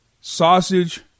sausage